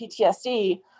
PTSD